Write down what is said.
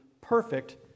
perfect